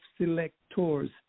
selectors